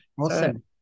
awesome